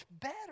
better